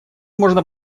можно